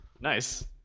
Nice